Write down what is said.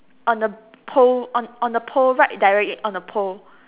on the pole on on the pole right directly on the pole